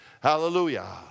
Hallelujah